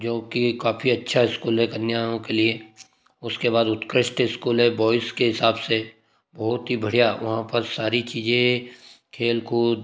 जो कि काफ़ी अच्छा इस्कूल है कन्याओं के लिए उसके बाद उत्कृष्ट इस्कूल है बॉयज के हिसाब से बहुत ही बढ़िया वहाँ पर सारी चीज़ें खेलकूद